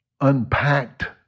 unpacked